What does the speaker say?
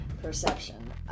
Perception